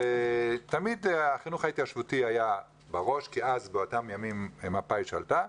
תמיד החינוך ההתיישבותי היה בראש כי אז באותם ימים מפא"י שלטה,